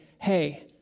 hey